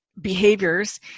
behaviors